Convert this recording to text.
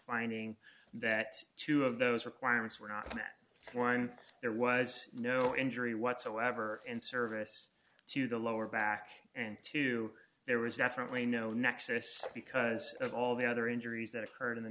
finding that two of those requirements were not met once there was no injury whatsoever in service to the lower back and two there was definitely no nexus because of all the other injuries that occurred in the